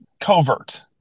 covert